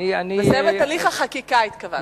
לסיים את הליך החקיקה, התכוונתי.